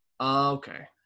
Okay